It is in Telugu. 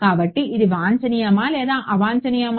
కాబట్టి ఇది వాంఛనీయమా లేదా అవాంఛనీయమా